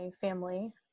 family